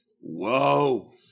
whoa